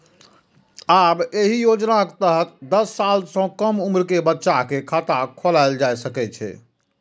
आब एहि योजनाक तहत दस साल सं कम उम्र के बच्चा के खाता खोलाएल जा सकै छै